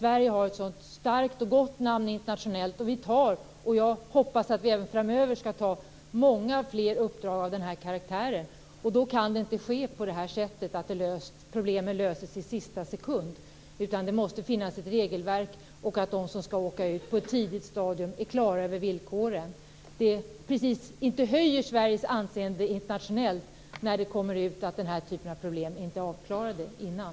Sverige har ett så starkt och gott namn internationellt, och jag hoppas att vi även framöver skall ta många fler uppdrag av den här karaktären. Då kan det inte vara så att problemen löses i sista sekunden. Det måste finnas ett regelverk för detta. De som skall åka ut måste vara klara över villkoren på ett tidigt stadium. Det höjer inte Sveriges anseende internationellt när det kommer ut att den här typen av problem inte är avklarade innan.